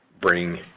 bring